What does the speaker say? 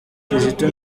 kizito